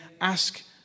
ask